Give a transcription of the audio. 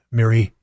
Mary